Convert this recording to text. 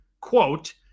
quote